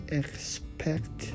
expect